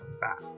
back